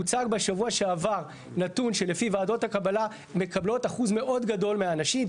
הוצג בשבוע שעבר נתון שלפיו ועדות הקבלה מקבלות אחוז מאוד גדול מהאנשים,